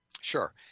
sure